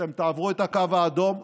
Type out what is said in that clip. וכשאתם תעברו את הקו האדום,